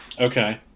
Okay